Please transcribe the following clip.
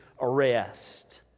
arrest